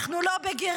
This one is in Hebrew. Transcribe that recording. אנחנו לא בגירעון.